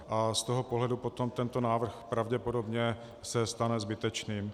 Z toho pohledu potom tento návrh pravděpodobně se stane zbytečným.